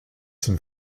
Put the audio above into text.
some